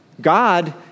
God